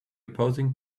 opposing